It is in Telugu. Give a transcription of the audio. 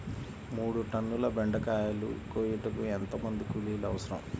మూడు టన్నుల బెండకాయలు కోయుటకు ఎంత మంది కూలీలు అవసరం?